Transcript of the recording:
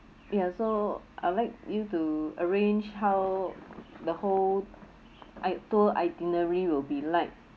ya so I'd like you to arrange how the whole i~ tour itinerary will be like